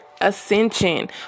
ascension